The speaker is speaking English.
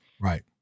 Right